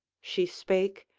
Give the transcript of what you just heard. she spake,